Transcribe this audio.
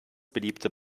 beliebte